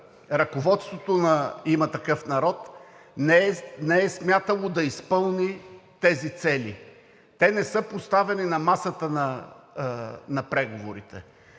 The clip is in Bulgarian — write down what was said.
ръководството на „Има такъв народ“ не е смятало да изпълни тези цели. Те не са поставени на масата на преговорите.